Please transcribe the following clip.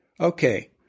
okay